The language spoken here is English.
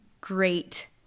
great